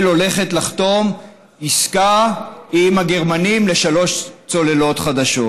הולכת לחתום עסקה עם הגרמנים על שלוש צוללות חדשות.